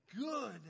Good